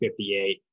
58